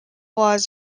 laws